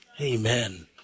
Amen